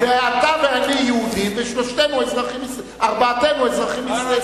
ואתה ואני יהודים, וארבעתנו אזרחים ישראלים.